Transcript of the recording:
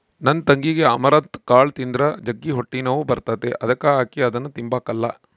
ನನ್ ತಂಗಿಗೆ ಅಮರಂತ್ ಕಾಳು ತಿಂದ್ರ ಜಗ್ಗಿ ಹೊಟ್ಟೆನೋವು ಬರ್ತತೆ ಅದುಕ ಆಕಿ ಅದುನ್ನ ತಿಂಬಕಲ್ಲ